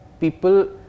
people